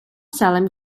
salem